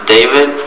David